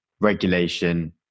regulation